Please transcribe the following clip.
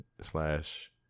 slash